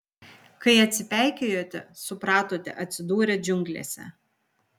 kai atsipeikėjote supratote atsidūrę džiunglėse